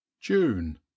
june